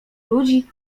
ludzi